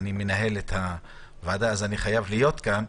שאני מנהל את הוועדה ואני חייב להיות כאן,